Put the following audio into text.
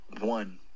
One